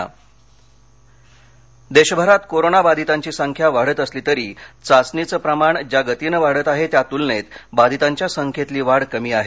corona वाधित देशभरात corona बाधितांची संख्या वाढत असली तरी चाचणीचं प्रमाण ज्या गतीनं वाढतं आहे त्या तुलनेत बाधितांच्या संख्येतली वाढ कमी आहे